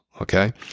Okay